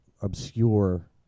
obscure